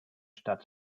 stadt